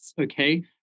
okay